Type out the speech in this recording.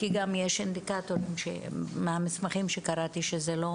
כי מהמסמכים שקראתי יש גם אינדיקציות שזה לא